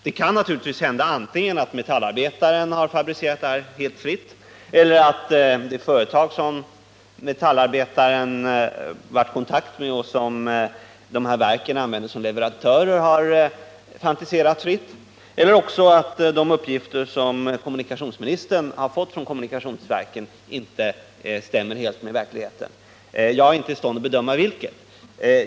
Det kan hända att Metallarbetaren har fabricerat detta helt fritt, att det företag som Metallarbetaren varit kontakt med och som verken använder som leverantör har fantiserat fritt eller också att de uppgifter som kommunikationsministern har fått från kommunikationsverken inte stämmer helt med verkligheten. Jag är inte i stånd att bedöma vilken uppgift som är riktig.